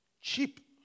Cheap